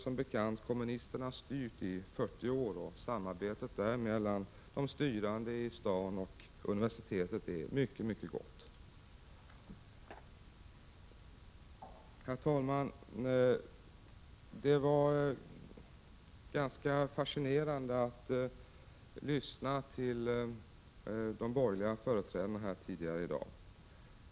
Som bekant har kommunisterna styrt Bologna i 40 år, och samarbetet där mellan de styrande i staden och universitetet är mycket gott. Herr talman! Det var fascinerande att lyssna till de borgerliga företrädarna i debatten tidigare i dag.